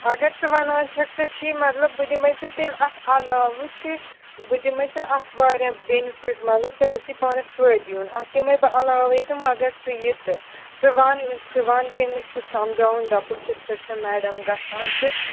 اگر ژٕ وَنان چھَکھ ژےٚ چھُے مطلب بہٕ دِمَے ژےٚ تیٚلہِ اَتھ علاوٕ تہِ بہٕ دِمَے ژےٚ اَتھ واریاہ بیٚنِفِٹ مطلب ژےٚ گۄژھُے پانَس فٲیدٕ یُن اَتھ دِمَے بہٕ علاوَے تہٕ مگر ژٕ یہِ تہٕ ژٕ وَن ژٕ وَن تٔمِس ژٕ سَمجاوُن دَپُس یِتھ پٲٹھۍ چھےٚ میڈم گژھان تہٕ